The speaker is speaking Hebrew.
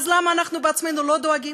אז למה אנחנו בעצמנו לא דואגים?